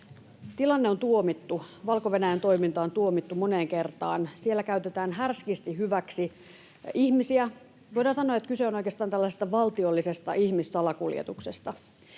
Tilanne on tuomittu: Valko-Venäjän toiminta on tuomittu moneen kertaan. Siellä käytetään härskisti hyväksi ihmisiä. Voidaan sanoa, että kyse on oikeastaan tällaisesta valtiollisesta ihmissalakuljetuksesta.